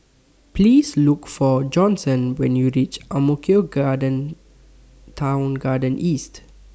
Please Look For Johnson when YOU REACH Ang Mo Kio Garden Town Garden East